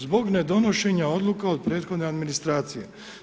Zbog ne donošenja odluka od prethodne administracije.